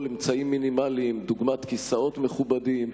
אמצעים מינימליים דוגמת כיסאות מכובדים,